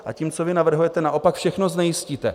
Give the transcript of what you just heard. A tím, co vy navrhujete, naopak všechno znejistíte.